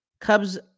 Cubs